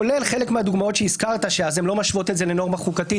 כולל חלק מהדוגמאות שהזכרת שהן לא משוות את זה לנורמה חוקתית